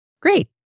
Great